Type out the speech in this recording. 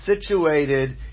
situated